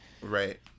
Right